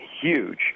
huge